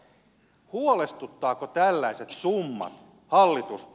huolestuttavatko tällaiset summat hallitusta